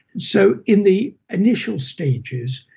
so in the initial stages,